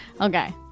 Okay